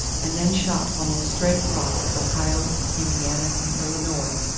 and then shot almost straight across ohio, indiana, and illinois,